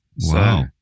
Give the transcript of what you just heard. Wow